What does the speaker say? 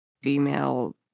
female